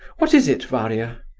what is it, varia?